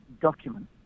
document